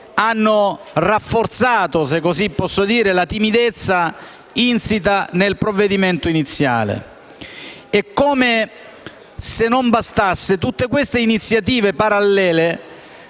hanno rafforzato - se così posso dire - la timidezza insita nel disegno di legge iniziale. Come se non bastasse, tutte queste iniziative parallele